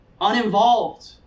uninvolved